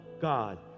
God